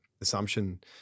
Assumption